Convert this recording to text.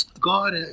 God